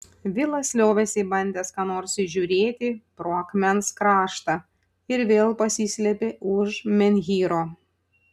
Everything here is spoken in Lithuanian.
vilas liovėsi bandęs ką nors įžiūrėti pro akmens kraštą ir vėl pasislėpė už menhyro